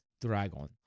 Dragon